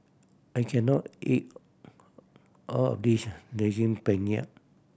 I can not eat all of this Daging Penyet